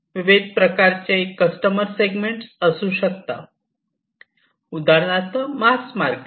विविध प्रकारचे customer segment असू शकतात उदाहरणार्थ मास मार्केट